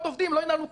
לא יקבלו קרקע.